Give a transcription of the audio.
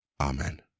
Amen